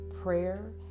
Prayer